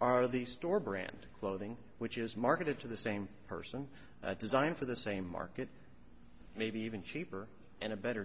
are the store brand clothing which is marketed to the same person designed for the same market maybe even cheaper and a better